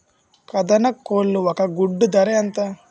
కదక్నత్ కోళ్ల ఒక గుడ్డు ధర ఎంత?